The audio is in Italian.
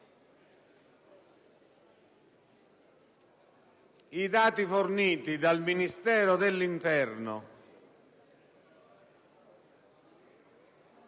dati forniti dal Ministero dell'interno